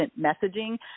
messaging